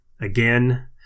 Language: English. again